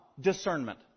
discernment